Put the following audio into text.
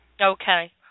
Okay